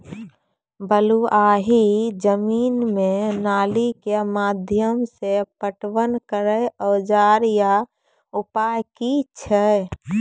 बलूआही जमीन मे नाली के माध्यम से पटवन करै औजार या उपाय की छै?